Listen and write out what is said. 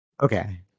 Okay